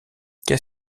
qu’est